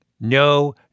No